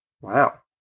Wow